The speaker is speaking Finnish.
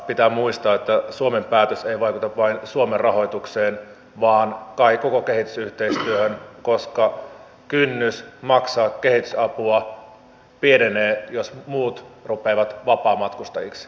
pitää muistaa että suomen päätös ei vaikuta vain suomen rahoitukseen vaan koko kehitysyhteistyöhön koska kynnys maksaa kehitysapua pienenee jos muut rupeavat vapaamatkustajiksi